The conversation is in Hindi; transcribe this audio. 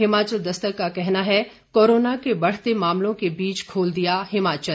हिमाचल दस्तक का कहना है कोरोना के बढ़ते मामलों के बीच खोल दिया हिमाचल